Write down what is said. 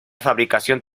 fabricación